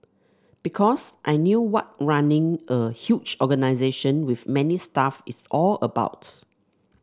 because I knew what running a huge organisation with many staff is all about